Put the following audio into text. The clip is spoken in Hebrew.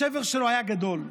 השבר שלו היה גדול.